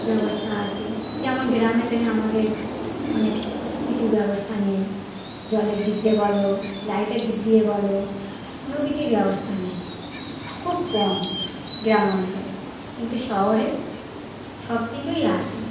ব্যবস্থা আছে যেমন গ্রামে তেমনি আমাদের অনেক কিছু ব্যবস্থা নেই জলের দিক দিয়ে বলো লাইটের দিক দিয়ে বলো কোনো কিছুই ব্যবস্থা নেই খুব কম গ্রাম অঞ্চলে কিন্তু শহরে